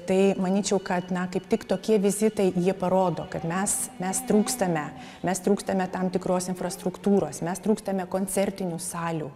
tai manyčiau kad kaip tik tokie vizitai jie parodo kad mes mes trūkstame mes trūkstame tam tikros infrastruktūros mes trūkstame koncertinių salių